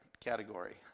category